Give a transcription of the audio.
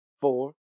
four